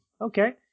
okay